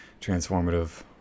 transformative